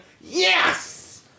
Yes